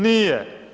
Nije.